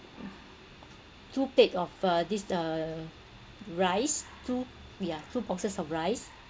two plate of uh this uh rice two yeah two boxes of rice